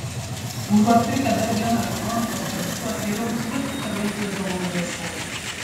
užuot pirkę dar vieną elektronikos stebuklą geriau nusiveskite vaiką į zoologijos sodą